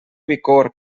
bicorb